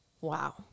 wow